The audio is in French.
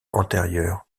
antérieur